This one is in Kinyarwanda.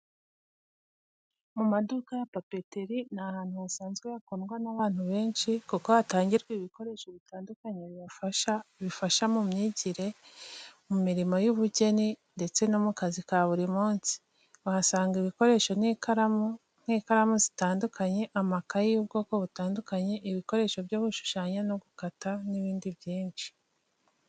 Mu maduka ya papeteri, ni ahantu hasanzwe hakundwa n’abantu benshi kuko hatangirwa ibikoresho bitandukanye bifasha mu myigire, mu mirimo y’ubugeni ndetse no mu kazi ka buri munsi. Uhasanga ibikoresho nk’ikaramu zitandukanye, amakayi y’ubwoko butandukanye, ibikoresho byo gushushanya no gukata n’ibindi byinshi.